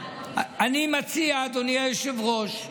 אדוני היושב-ראש,